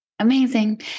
Amazing